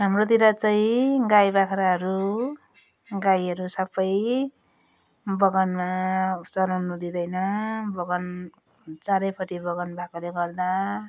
हाम्रोतिर चाहिँ गाई बाख्राहरू गाईहरू सब बगानमा चराउनु दिँदैन बगान चारपट्टि बगान भएकोले गर्दा